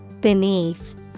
Beneath